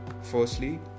Firstly